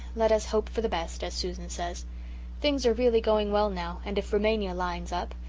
let us hope for the best, as susan says things are really going well now and if rumania lines up,